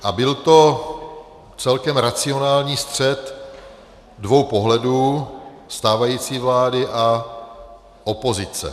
A byl to celkem racionální střet dvou pohledů, stávající vlády a opozice.